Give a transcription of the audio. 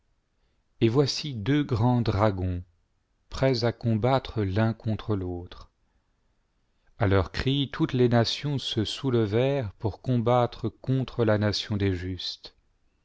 et voici deux grands dragons prêts à combattre l'un contre l'autre a leur cri toutes les nations se soulevèrent pour combattre contre la nation des justes